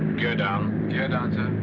gear down. gear down, sir.